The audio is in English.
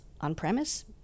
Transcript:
on-premise